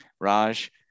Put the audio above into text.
Raj